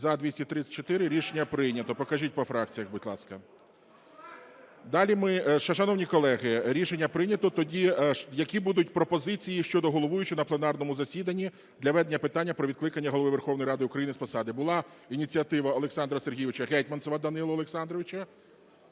За-234 Рішення прийнято. Покажіть по фракціях, будь ласка. Далі ми, шановні колеги… Рішення прийнято. Тоді які будуть пропозиції щодо головуючого на пленарному засіданні для ведення питання про відкликання Голови Верховної Ради України з посади? Була ініціатива Олександра Сергійовича – Гетманцева Данила Олександровича.